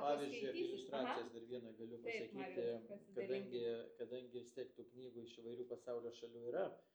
pavyzdžiui apie iliustracijas dar vieną galiu pasakyti kadangi kadangi vis tiek tų knygų iš įvairių pasaulio šalių yra